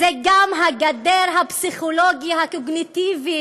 זו גם הגדר הפסיכולוגית הקוגניטיבית